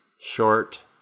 short